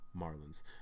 Marlins